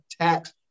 tax